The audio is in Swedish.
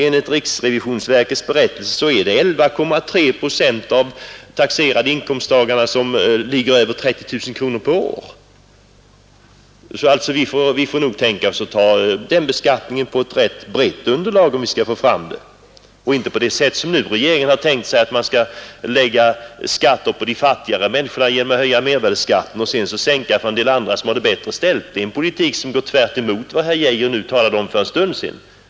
Enligt riksrevisionsverkets berättelse är det 11,3 procent av de taxerade inkomsttagarna som ligger över 30 000 kronor om året. Så vi får nog tänka oss den beskattningen på ett ganska brett underlag, om vi skall få fram tillräckligt med pengar. Det går inte att, som regeringen nu har tänkt sig, lägga skatter på de fattigare människorna genom att höja mervärdeskatten och sedan sänka skatten för en del andra som har det bättre ställt. Det är en politik som går tvärtemot vad herr Arne Geijer talade om för en stund sedan.